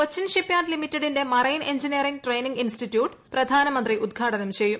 Cochin shipyard ലിമിറ്റഡിന്റെ marine engineering training institute പ്രധാനമന്ത്രി ഉദ്ഘാടനം ചെയ്യും